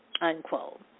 unquote